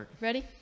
Ready